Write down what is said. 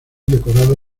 decorado